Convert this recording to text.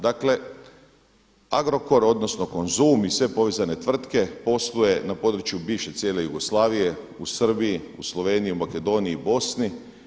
Dakle Agrokor odnosno Konzum i sve povezane tvrtke posluje na području bivše cijele Jugoslavije u Srbiji, u Sloveniji, u Makedoniji i Bosni.